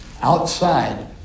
outside